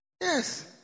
Yes